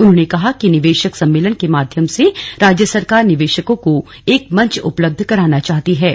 उन्होंने कहा कि निवेशक सम्मेलन के माध्यम से राज्य सरकार निवेशकों को एक मंच उपलब्ध कराना चाहती है